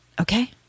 Okay